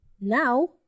now